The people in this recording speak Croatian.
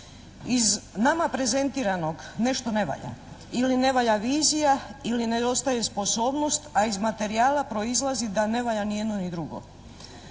Iz nama prezentiranog nešto ne valja. Ili ne valja vizija ili nedostaje sposobnost, a iz materijala proizlazi da ne valja ni jedno ni drugo.